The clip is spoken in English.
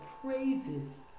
praises